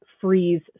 freeze